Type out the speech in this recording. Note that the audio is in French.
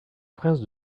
prince